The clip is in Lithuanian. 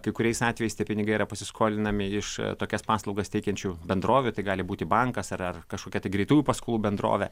kai kuriais atvejais tie pinigai yra pasiskolinami iš tokias paslaugas teikiančių bendrovių tai gali būti bankas ar ar kažkokia tai greitųjų paskolų bendrovė